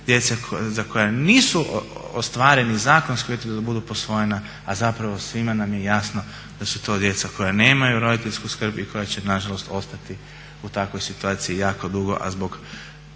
djece za koju nisu ostvareni zakonski uvjeti da budu posvojena a zapravo svima nam je jasno da su to djeca koja nemaju roditeljsku skrb i koja će nažalost ostati u takvoj situaciji jako dugo a zbog